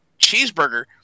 Cheeseburger